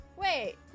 wait